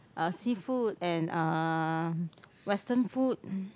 uh seafood and uh western food